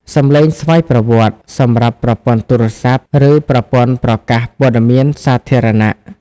សំឡេងស្វ័យប្រវត្តិ សម្រាប់ប្រព័ន្ធទូរស័ព្ទ ឬប្រព័ន្ធប្រកាសព័ត៌មានសាធារណៈ។